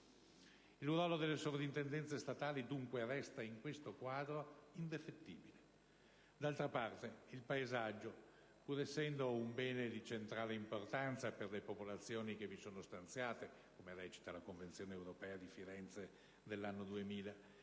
Il ruolo delle Soprintendenze statali, dunque, resta, in questo quadro, indefettibile. D'altra parte il paesaggio, pur essendo un bene di centrale importanza per le popolazioni che vi sono stanziate (come recita la Convenzione europea di Firenze dell'anno 2000),